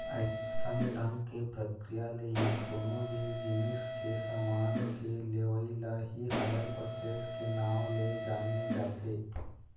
अइसन ढंग के प्रक्रिया ले ही कोनो भी जिनिस के समान के लेवई ल ही हायर परचेस के नांव ले जाने जाथे